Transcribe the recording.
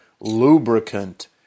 lubricant